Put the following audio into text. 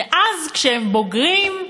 ואז, כשהם בוגרים,